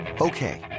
Okay